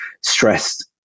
stressed